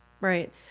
Right